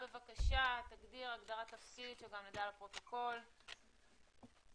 להיות ממוקדים.